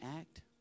act